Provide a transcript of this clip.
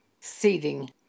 seating